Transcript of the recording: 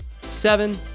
seven